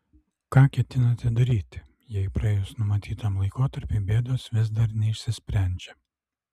ką ketinate daryti jei praėjus numatytam laikotarpiui bėdos vis dar neišsisprendžia